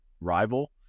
rival